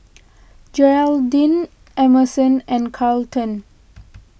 Geraldine Emerson and Carleton